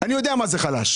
אני יודע מה זה חלש.